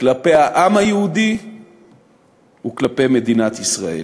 כלפי העם היהודי וכלפי מדינת ישראל.